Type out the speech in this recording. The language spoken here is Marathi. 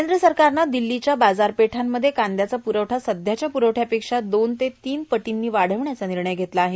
केंद्र सरकारनं दिल्लीच्या बाजारपेठांमध्ये कांद्याचा पुरवठा सध्याच्या पुरवठ्यापेक्षा दोन ते तीन पटीनं वाढविण्याचा निर्णय घेतला आहे